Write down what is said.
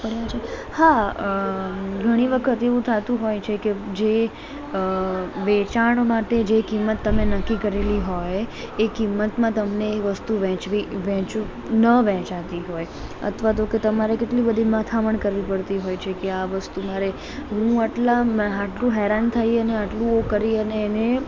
હા અ ઘણી વખત એવું થતું હોય છે કે જે અ વેચાણ માટે જે કિંમત તમે નક્કી કરેલી હોય એ કિંમતમાં એ વસ્તુ તમને વેચવી વેંચવું ન વેચાતી હોય અથવા તો કે તમારે કેટલી બધી મથામણ કરવી પડતી હોય છે કે આ વસ્તુ મારે હું આટલા મ આટલું હેરાન થઇ અને આટલું કરી અને એને